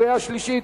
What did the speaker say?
קריאה שלישית,